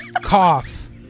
cough